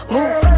Move